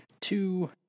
Two